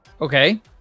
Okay